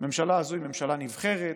שהממשלה הזאת היא ממשלה נבחרת